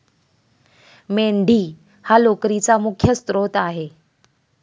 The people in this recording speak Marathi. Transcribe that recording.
मेंढी हा लोकरीचा मुख्य स्त्रोत आहे